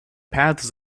paths